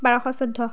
বাৰশ চৈধ্য